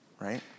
right